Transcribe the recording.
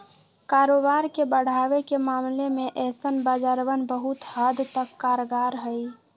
कारोबार के बढ़ावे के मामले में ऐसन बाजारवन बहुत हद तक कारगर हई